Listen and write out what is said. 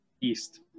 East